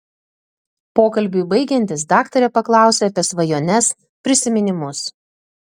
pokalbiui baigiantis daktarė paklausia apie svajones prisiminimus